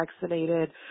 vaccinated